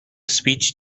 speech